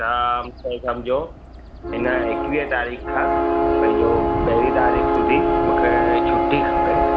त मुंखे समझो हिन एक्वीह तारीख़ खां पैंजो पेहिरीं तारीख़ सूधी मुखे छुट्टी खपे